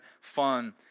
fun